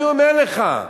אני אומר לך,